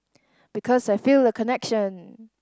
because I feel a connection